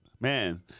Man